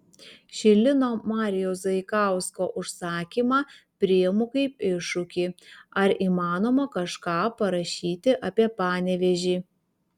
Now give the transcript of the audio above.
šį lino marijaus zaikausko užsakymą priimu kaip iššūkį ar įmanoma kažką parašyti apie panevėžį